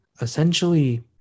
essentially